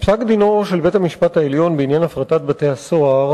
פסק-דינו של בית-המשפט העליון בעניין הפרטת בתי-הסוהר